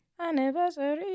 Anniversary